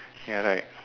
ya right